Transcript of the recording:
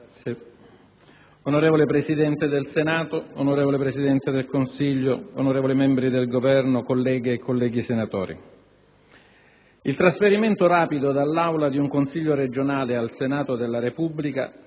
*(PdL)*. Onorevole Presidente del Senato, onorevole Presidente del Consiglio, onorevoli membri del Governo, colleghe e colleghi senatori, il trasferimento rapido dall'aula di un Consiglio regionale al Senato della Repubblica